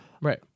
Right